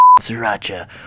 sriracha